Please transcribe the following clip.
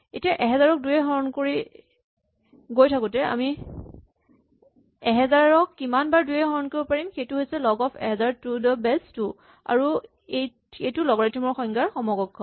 এতিয়া ১০০০ ক দুয়ে হৰণ কৰি গৈ থাকোঁতে আমি ১০০০ ক কিমানবাৰ দুয়ে হৰণ কৰিব পাৰিম সেইটোৱেই হৈছে log of ১০০০ to the base two আৰু এইটো লগাৰিথম ৰ সংজ্ঞাৰ সমকক্ষ